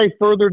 further